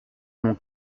mon